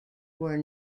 were